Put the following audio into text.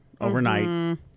overnight